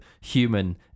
human